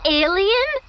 alien